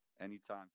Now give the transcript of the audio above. Anytime